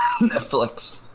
Netflix